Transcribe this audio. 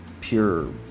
pure